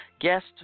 guest